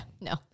no